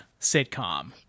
sitcom